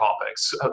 topics